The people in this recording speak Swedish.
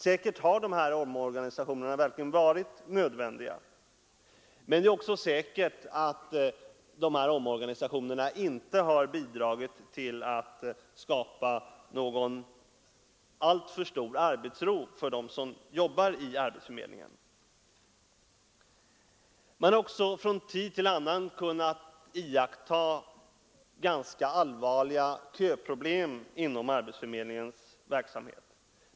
Säkert har de omorganisationerna verkligen varit nödvändiga, men det är också säkert att de inte har bidragit till att skapa någon alltför stor arbetsro för dem som jobbar på arbetsförmedlingen. Man har från tid till annan kunnat iaktta ganska allvarliga köproblem inom arbetsförmedlingens verksamhet.